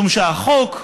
משום שהחוק אומר: